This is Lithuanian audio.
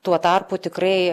tuo tarpu tikrai